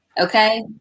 Okay